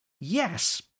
yes